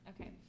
Okay